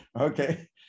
okay